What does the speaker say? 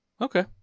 Okay